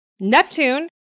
Neptune